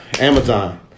Amazon